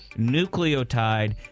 Nucleotide